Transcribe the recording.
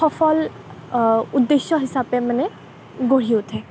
সফল উদ্দেশ্য হিচাপে মানে গঢ়ি উঠে